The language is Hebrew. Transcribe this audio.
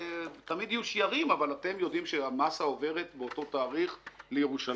תמיד יהיו שיירים אבל אתם יודעים שהמאסה עוברת באותו תאריך לירושלים.